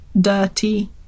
dirty